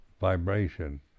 vibration